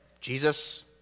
Jesus